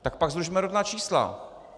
Tak pak zrušme rodná čísla.